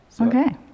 Okay